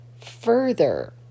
further